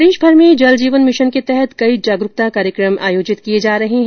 प्रदेशभर में जल जीवन मिशन के तहत कई जागरूकता कार्यक्रम आयोजित किए जा रहे हैं